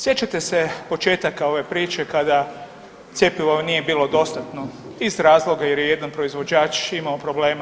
Sjećate se početaka ove priče kada cjepivo nije bilo dostatno iz razloga jer je jedan proizvođač imao problema.